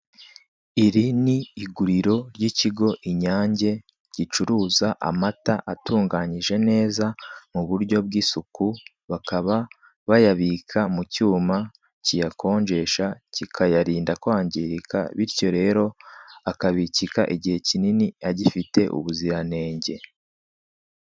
Iri ni iguriro ry'ikigo Inyange, gucuruza amata atunganyije neza mu buryo bw'isuku, bakaba bayabika mu cyuma kiyakonjesha, kikayarinda twangirika, bityo rero akabikika igihe kinini agifite ubuziranenge.